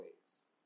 ways